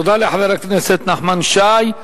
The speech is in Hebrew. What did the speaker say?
תודה לחבר הכנסת נחמן שי.